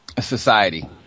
society